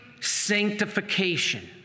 sanctification